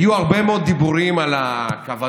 היו הרבה מאוד דיבורים על הכוונות